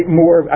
more